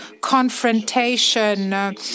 confrontation